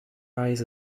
eyes